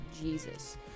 Jesus